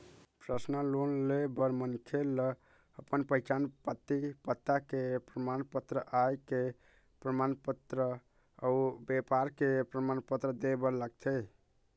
personal loan ले बर मनखे ल अपन पहिचान पाती, पता के परमान पत्र, आय के परमान पत्र अउ बेपार के परमान पत्र दे बर लागथे